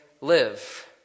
live